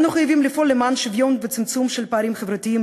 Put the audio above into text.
אנו חייבים לפעול למען שוויון וצמצום של הפערים החברתיים,